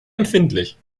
empfindlich